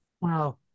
wow